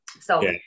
So-